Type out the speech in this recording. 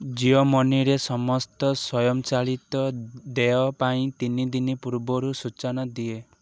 ଜିଓ ମନିରେ ସମସ୍ତ ସ୍ୱଂୟଚାଳିତ ଦେୟ ପାଇଁ ତିନି ଦିନ ପୂର୍ବରୁ ସୂଚନା ଦିଏ